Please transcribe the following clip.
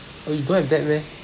oh you don't have that meh